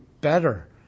better